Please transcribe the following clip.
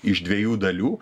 iš dviejų dalių